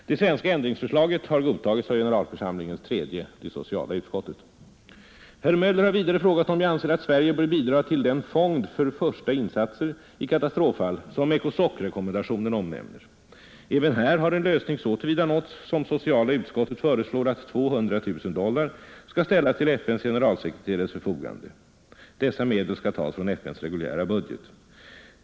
Det svenska ändringsförslaget har godtagits av generalförsamlingens tredje, sociala utskott. Herr Möller har vidare frågat om jag anser att Sverige bör bidra till den fond för första insatser i katastroffall som ECOSOC-rekommendationen omnämner. Även här har en lösning så till vida nåtts som sociala utskottet föreslår att 200 000 dollar skall ställas till FN s generalsekreterares förfogande. Dessa medel skall tas från FN s reguljära budget.